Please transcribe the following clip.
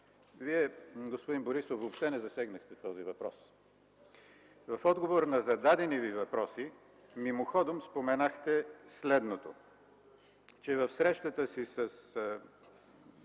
Вие, господин Борисов, въобще не засегнахте този въпрос. В отговор на зададени Ви въпроси мимоходом споменахте следното: че в срещата си с